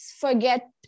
forget